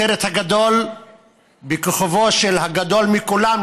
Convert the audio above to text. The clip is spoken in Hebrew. הסרט הגדול הוא בכיכובו של הגדול מכולם,